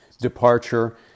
departure